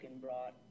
brought